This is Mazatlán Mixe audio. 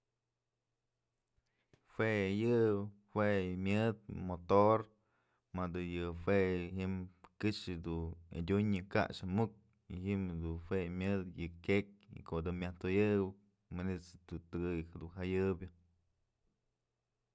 Jue yë jue yë myëdë motor mëdë yë jue ji'im këxë du adyunyë kax amukyë y ji'im jedun jue myëdë yë kyëk y ko'o dun myaj toyëkëp manytë dun tyëkëy dun jayëbyë.